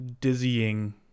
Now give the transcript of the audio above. dizzying